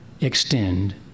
extend